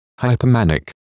hypermanic